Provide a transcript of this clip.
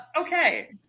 Okay